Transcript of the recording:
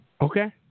Okay